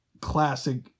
classic